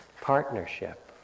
Partnership